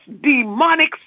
demonic